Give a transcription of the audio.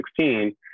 2016